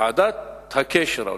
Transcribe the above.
ועדת הקשר הדרוזית,